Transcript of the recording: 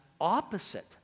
opposite